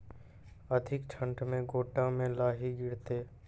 अधिक ठंड मे गोटा मे लाही गिरते?